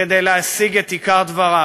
כדי להשיג את עיקר דבריו.